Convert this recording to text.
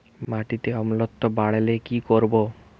মাটিতে অম্লত্ব বাড়লে কি করব?